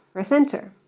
press enter.